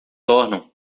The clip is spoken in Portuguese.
tornam